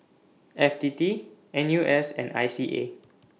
F T T N U S and I C A